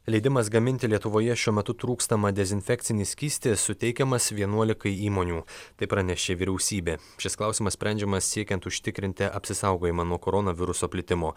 leidimas gaminti lietuvoje šiuo metu trūkstamą dezinfekcinį skystį suteikiamas vienuolikai įmonių tai pranešė vyriausybė šis klausimas sprendžiamas siekiant užtikrinti apsisaugojimą nuo koronaviruso plitimo